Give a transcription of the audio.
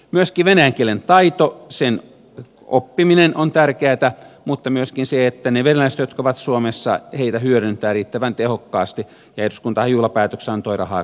myöskin venäjän kielen taito sen oppiminen on tärkeätä mutta myöskin se että niitä venäläisiä jotka ovat suomessa hyödynnetään riittävän tehokkaasti ja eduskuntahan juhlapäätöksessä antoi rahaa cultura säätiölle